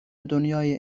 دنیای